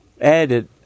added